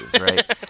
right